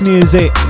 Music